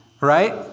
Right